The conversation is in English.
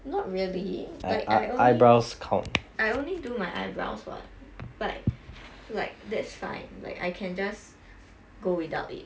not really like I only I only do my eyebrows [what] like like that's fine like I can just go without it